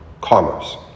commerce